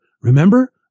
Remember